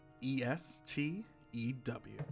E-S-T-E-W